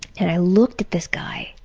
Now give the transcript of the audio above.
and i looked at this guy,